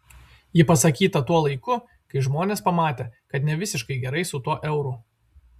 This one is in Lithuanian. ji pasakyta tuo laiku kai žmonės pamatė kad ne visiškai gerai su tuo euru